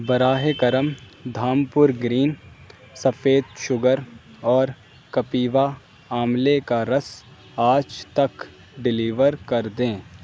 براہ کرم Dhampur green سفید شوگر اور کپیوا آملے کا رس آج تک ڈیلیور کر دیں